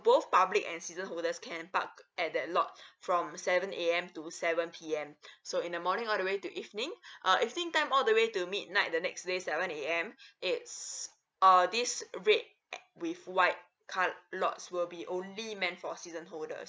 both public and season holders can park at that lot from seven A_M to seven P_M so in the morning all the way to evening uh evening time all the way to midnight the next day seven A_M it's uh this red a~ with white car lots will be only meant for season holders